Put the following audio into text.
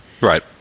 right